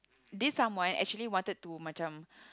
this someone actually wanted to macam